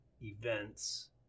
events